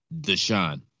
Deshaun